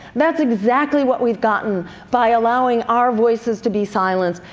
that's exactly what we have gotten by allowing our voices to be silenced,